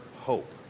hope